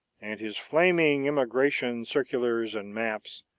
and his flaming immigration circulars and maps,